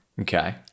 Okay